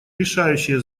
решающее